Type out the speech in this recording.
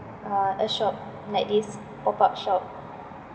uh a shop like this pop up shop